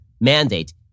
mandate